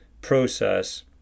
process